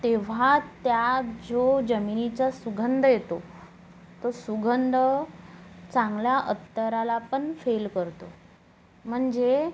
तेव्हा त्यात जो जमिनीचा सुगंध येतो तो सुगंध चांगला अत्तरलापन फेल करतो म्हणजे